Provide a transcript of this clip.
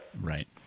Right